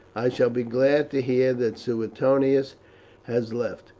i shall be glad to hear that suetonius has left.